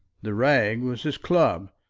the rag was his club,